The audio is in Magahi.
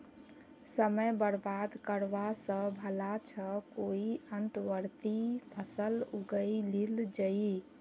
समय बर्बाद करवा स भला छ कोई अंतर्वर्ती फसल उगइ लिल जइ